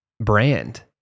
brand